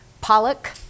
Pollock